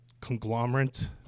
conglomerate